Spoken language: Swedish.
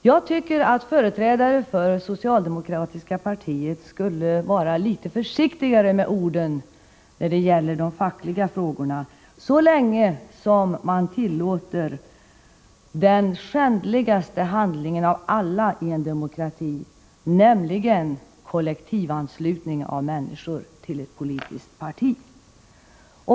Jag tycker att företrädare för det socialdemokratiska partiet skulle vara litet varsammare med orden när det gäller de fackliga frågorna så länge man tillåter den skändligaste handlingen av alla i en demokrati, nämligen kollektivanslutning av människor till ett politiskt parti.